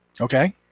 Okay